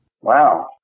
Wow